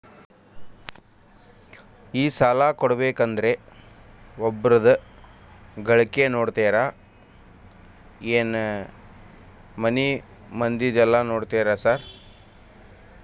ಈ ಸಾಲ ಕೊಡ್ಬೇಕಂದ್ರೆ ಒಬ್ರದ ಗಳಿಕೆ ನೋಡ್ತೇರಾ ಏನ್ ಮನೆ ಮಂದಿದೆಲ್ಲ ನೋಡ್ತೇರಾ ಸಾರ್?